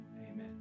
amen